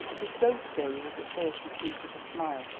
his ghost theory was at first received with a smile,